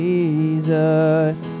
Jesus